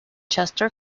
chester